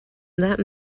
that